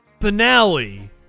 finale